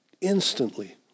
instantly